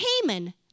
Haman